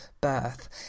birth